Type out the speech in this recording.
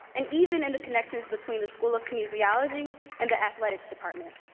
and even in the connections between the school of kinesiology and the athletics department.